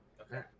Okay